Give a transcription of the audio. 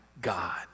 God